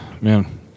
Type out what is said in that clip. man